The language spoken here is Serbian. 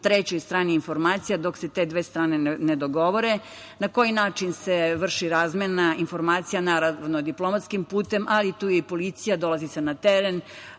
trećoj strani informacija dok se te dve strane ne dogovore na koji način se vrši razmena informacija, naravno, diplomatskim putem, ali tu je i policija, dolazi se na teren,